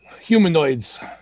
humanoids